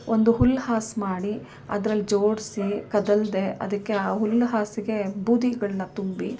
ಒಂದು ಹುಲ್ಲು ಹಾಸು ಮಾಡಿ ಅದ್ರಲ್ಲಿ ಜೋಡಿಸಿ ಕದಲದೇ ಅದಕ್ಕೆ ಆ ಹುಲ್ಲು ಹಾಸಿಗೆ ಬೂದಿಗಳನ್ನ ತುಂಬಿ